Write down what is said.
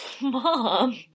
Mom